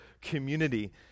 community